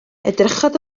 edrychodd